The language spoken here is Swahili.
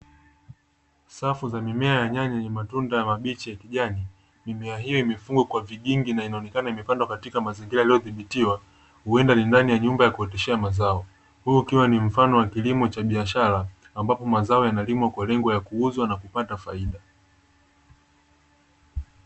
Safu za mimea ya nyanya yenye matunda mabichi ya kijani, mimea hiyo imefungwa kwa vigingi, na inaonekana imepandwa katika mazingira yaliyodhibitiwa huenda ni ndani ya nyumba ya kuoteshea mazao, huu ukiwa ni mfano wa kilimo cha biashara ambapo mazao yanalimwa kwa lengo la kuuza na kupata faida.